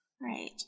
Right